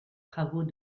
travaux